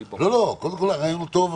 זה,